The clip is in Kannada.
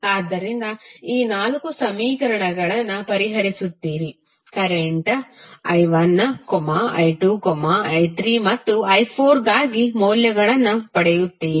ಆದ್ದರಿಂದ ಈ ನಾಲ್ಕು ಸಮೀಕರಣಗಳನ್ನು ಪರಿಹರಿಸುತ್ತೀರಿ ಕರೆಂಟ್ i1 i2 i3 ಮತ್ತು i4ಗಾಗಿ ಮೌಲ್ಯಗಳನ್ನು ಪಡೆಯುತ್ತೀರಿ